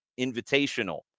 Invitational